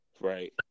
right